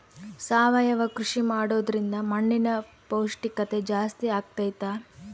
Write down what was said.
ಸಾವಯವ ಕೃಷಿ ಮಾಡೋದ್ರಿಂದ ಮಣ್ಣಿನ ಪೌಷ್ಠಿಕತೆ ಜಾಸ್ತಿ ಆಗ್ತೈತಾ?